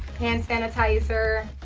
hand sanitizer.